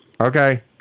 Okay